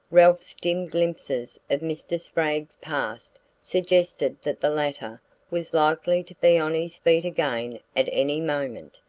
ralph's dim glimpses of mr. spragg's past suggested that the latter was likely to be on his feet again at any moment,